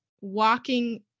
walking